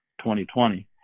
2020